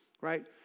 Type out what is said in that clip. right